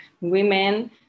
women